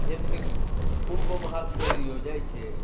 જેમકે કુંભ મહાખેલ યોજાય છે